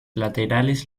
laterales